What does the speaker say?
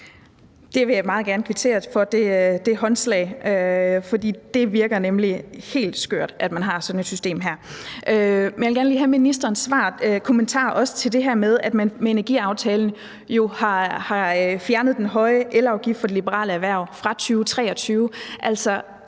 jeg meget gerne kvittere for, for det virker nemlig helt skørt, at man har sådan et system her. Men jeg vil også gerne lige have ministerens svar og kommentar til det her med, at man med energiaftalen jo har fjernet den høje elafgift for de liberale erhverv fra 2023.